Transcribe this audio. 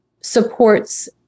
supports